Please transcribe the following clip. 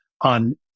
on